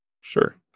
Sure